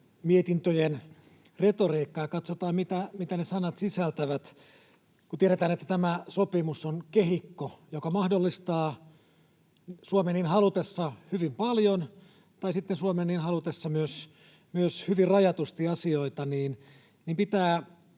mietintöjen retoriikka ja katsotaan, mitä ne sanat sisältävät: Kun tiedetään, että tämä sopimus on kehikko, joka mahdollistaa Suomen niin halutessa hyvin paljon tai sitten Suomen niin halutessa myös hyvin rajatusti asioita,